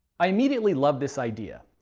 i immediately loved this idea.